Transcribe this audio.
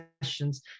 questions